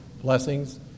blessings